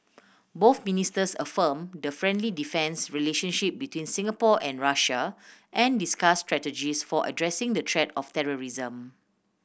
both ministers affirmed the friendly defence relationship between Singapore and Russia and discussed strategies for addressing the threat of terrorism